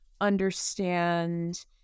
understand